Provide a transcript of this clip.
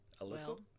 Alyssa